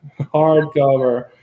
hardcover